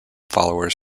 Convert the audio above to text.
followers